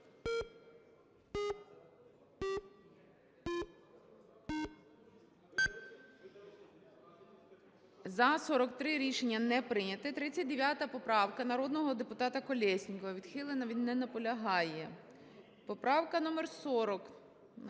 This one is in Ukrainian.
За-43 Рішення не прийнято. 39, поправка народного депутата Колєснікова. Відхилена. Він не наполягає. Поправка номер 40.